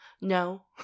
no